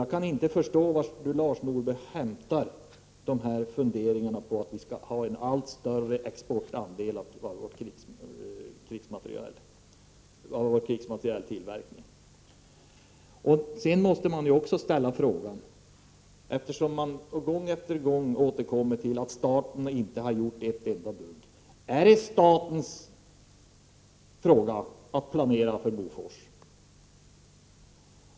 Jag kan inte förstå varifrån han har hämtat att vi skulle ha allt större exportandelar av krigsmaterieltillverkningen. Eftersom man gång efter annan återkommer till att staten inte har gjort något, måste jag ställa frågan: Är det statens sak att planera för Bofors?